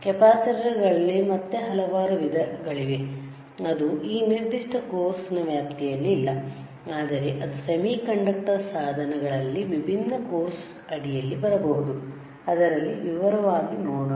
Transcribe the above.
capacitor ಗಳಲ್ಲಿ ಮತ್ತೆ ಹಲವಾರು ವಿಧಗಲಿವೆ ಅದು ಈ ನಿರ್ದಿಷ್ಟ ಕೋರ್ಸ್ ನ ವ್ಯಾಪ್ತಿಯಲ್ಲಿಲ್ಲ ಆದರೆ ಅದು ಸೆಮಿಕಂಡಕ್ಟರ್ ಸಾಧನಗಳಲ್ಲಿ ವಿಭಿನ್ನ ಕೋರ್ಸ್ ಅಡಿಯಲ್ಲಿ ಬರಬಹುದು ಅದರಲ್ಲಿ ವಿವರವಾಗಿ ನೋಡೋಣ